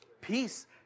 Peace